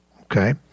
okay